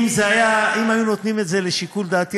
אם היו נותנים את זה לשיקול דעתי,